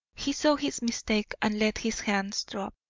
he saw his mistake, and let his hands drop.